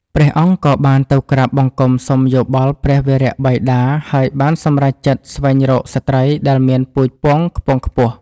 ព្រះអង្គក៏បានទៅក្រាបបង្គំសុំយោបល់ព្រះវរបិតា ហើយបានសម្រេចចិត្តស្វែងរកស្ត្រីដែលមានពូជពង្សខ្ពង់ខ្ពស់។